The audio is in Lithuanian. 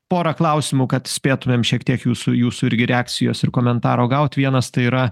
porą klausimų kad spėtumėm šiek tiek jūsų jūsų irgi reakcijos ir komentaro gaut vienas tai yra